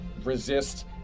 resist